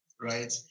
right